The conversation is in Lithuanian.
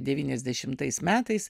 devyniasdešimtais metais